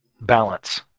balance